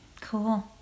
Cool